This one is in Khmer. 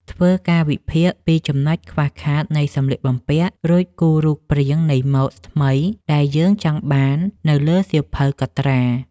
ធ្វើការវិភាគពីចំណុចខ្វះខាតនៃសម្លៀកបំពាក់ រួចគូររូបព្រាងនៃម៉ូដថ្មីដែលយើងចង់បាននៅលើសៀវភៅកត់ត្រា។